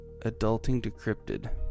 adultingdecrypted